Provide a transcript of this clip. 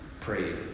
prayed